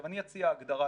אני אציע הגדרה,